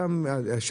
אחד,